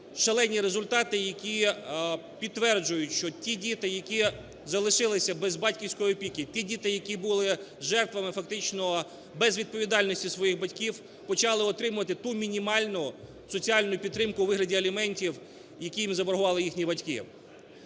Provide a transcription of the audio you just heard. шалені результати, які підтверджують, що ті діти, які залишилися без батьківської опіки, ті діти, які були жертвами фактично безвідповідальності своїх батьків, почали отримувати ту мінімальну соціальну підтримку у вигляді аліментів, які їм заборгували їхні батьки.